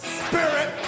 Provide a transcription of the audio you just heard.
spirit